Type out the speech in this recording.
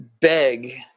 beg